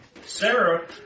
Sarah